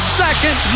second